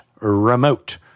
remote